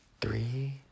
three